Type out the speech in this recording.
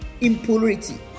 impurity